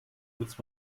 nutzt